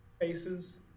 faces